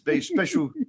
special